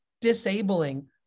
disabling